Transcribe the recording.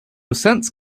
sense